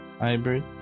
hybrid